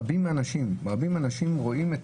רבים מהאנשים רואים את